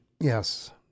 Yes